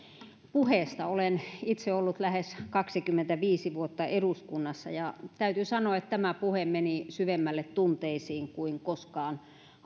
puheenvuorosta olen itse ollut lähes kaksikymmentäviisi vuotta eduskunnassa ja täytyy sanoa että tämä puhe meni syvemmälle tunteisiin kuin koskaan